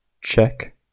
Check